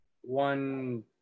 one –